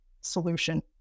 solution